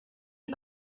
die